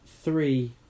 Three